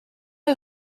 est